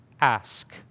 ask